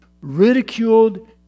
ridiculed